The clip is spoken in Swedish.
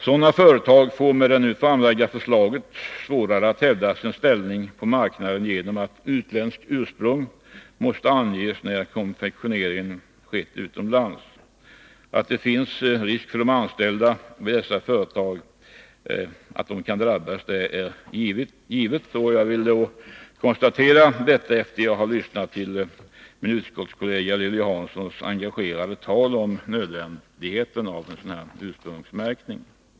Sådana företag får med det nu framlagda förslaget svårare att hävda sin ställning på marknaden genom att utländskt ursprung måste anges när konfektioneringen skett utomlands. Att det finns en risk för att de anställda vid dessa företag kan drabbas är givet. Jag vill konstatera detta efter att ha lyssnat till min utskottskollega Lilly Hanssons engagerade tal om nödvändigheten av en sådan här ursprungsmärkning.